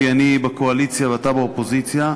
לא כי אני בקואליציה ואתה באופוזיציה.